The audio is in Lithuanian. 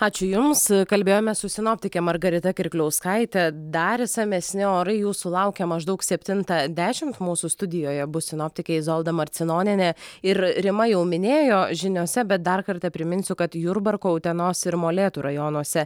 ačiū jums kalbėjomės su sinoptike margarita kirkliauskaite dar išsamesni orai jūsų laukia maždaug septintą dešimt mūsų studijoje bus sinoptikė izolda marcinonienė ir rima jau minėjo žiniose bet dar kartą priminsiu kad jurbarko utenos ir molėtų rajonuose